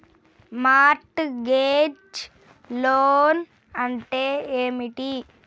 Mart gauge loan అంటే ఏమిటి?